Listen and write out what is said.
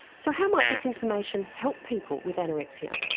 so how might this information help people with anorexia?